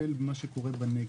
לטפל במה שקורה בנגב?